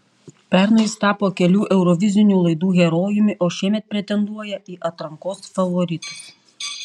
pernai jis tapo kelių eurovizinių laidų herojumi o šiemet pretenduoja į atrankos favoritus